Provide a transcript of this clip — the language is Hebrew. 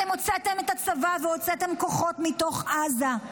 אתם הוצאתם את הצבא והוצאתם כוחות מתוך עזה.